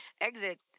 exit